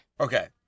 Okay